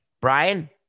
Brian